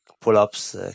pull-ups